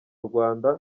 rwanda